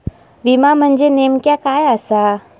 विमा म्हणजे नेमक्या काय आसा?